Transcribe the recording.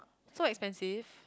so expensive